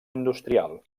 industrial